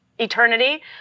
eternity